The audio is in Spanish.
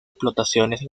explotaciones